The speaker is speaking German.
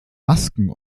masken